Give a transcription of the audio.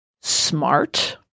smart